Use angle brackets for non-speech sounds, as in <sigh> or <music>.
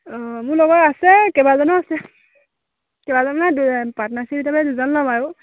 অঁ মোৰ লগৰ আছে কেইবাজনো আছে কেইবাজন <unintelligible> পাৰ্টনাৰশিপ হিচাপে দুজন ল'ম আৰু